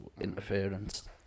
interference